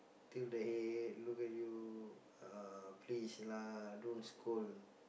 tilt the head look at you uh please lah don't scold